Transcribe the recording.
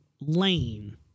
lane